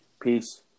Peace